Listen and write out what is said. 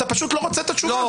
אתה פשוט לא רוצה את התשובה.